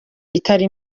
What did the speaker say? itari